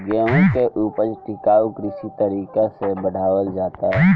गेंहू के ऊपज टिकाऊ कृषि तरीका से बढ़ावल जाता